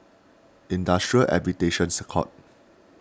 Industrial Arbitrations Court